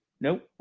Nope